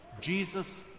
Jesus